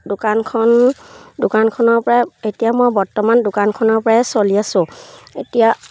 দোকানখন দোকানখনৰ পৰা এতিয়া মই বৰ্তমান দোকানখনৰ পৰাই চলি আছোঁ এতিয়া